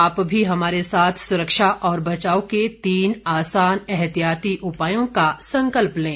आप भी हमारे साथ सुरक्षा और बचाव के तीन आसान एहतियाती उपायों का संकल्प लें